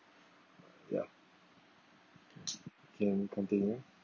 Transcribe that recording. yup can continue